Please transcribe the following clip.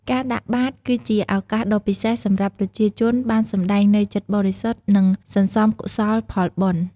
ការដាក់បាតគឺជា ឱកាសដ៏វិសេសសម្រាប់ប្រជាជនបានសម្តែងនូវចិត្តបរិសុទ្ធ និងសន្សំកុសលផលបុណ្យ។